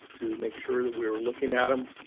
to make sure that we were looking at um